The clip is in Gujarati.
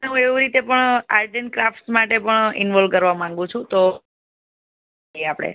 હું એવી રીતે પણ આર્ટ એન્ડ ક્રાફ્ટસ માટે પણ ઇનવોલ્વ કરવા માંગુ છું તો એ આપણે